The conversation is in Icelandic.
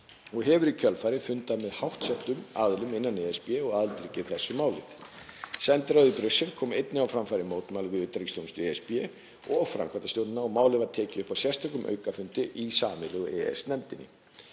og hefur í kjölfarið fundað með háttsettum aðilum innan ESB og aðildarríkja þess um málið. Sendiráðið í Brussel kom einnig á framfæri mótmælum við utanríkisþjónustu ESB og framkvæmdastjórnina og málið var tekið upp á sérstökum aukafundi í sameiginlegu EES-nefndinni.